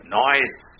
noise